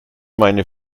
meine